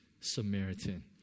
Samaritan